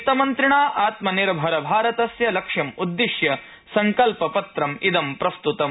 वित्तमन्त्रिणा आत्मनिर्भरभारतस्य लक्ष्यमुद्दिश्य संकल्पपत्रमिदं प्रस्त्तम्